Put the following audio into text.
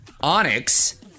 Onyx